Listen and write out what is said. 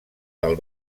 del